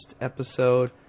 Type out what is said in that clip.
episode